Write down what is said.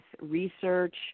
research